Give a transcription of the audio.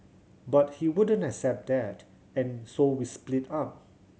but he wouldn't accept that and so we split up